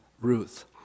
Ruth